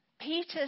Peter